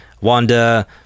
Wanda